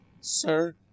Sir